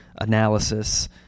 analysis